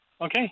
Okay